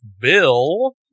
Bill